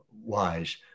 wise